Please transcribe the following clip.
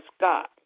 God